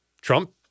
Trump